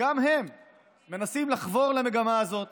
גם הם מנסים לחבור למגמה הזאת